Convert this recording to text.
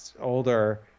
older